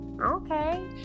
okay